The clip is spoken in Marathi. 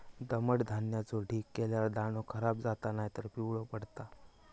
दमट धान्याचो ढीग केल्यार दाणो खराब जाता नायतर पिवळो पडता